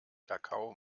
kakao